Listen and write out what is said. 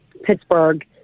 pittsburgh